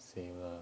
same lah